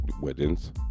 weddings